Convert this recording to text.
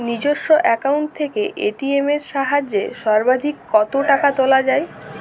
নিজস্ব অ্যাকাউন্ট থেকে এ.টি.এম এর সাহায্যে সর্বাধিক কতো টাকা তোলা যায়?